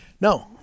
No